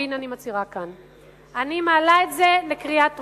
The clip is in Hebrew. והנה אני מצהירה כאן: אני מעלה את זה לקריאה טרומית,